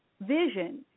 vision